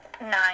Nine